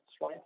right